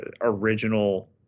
original